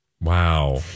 Wow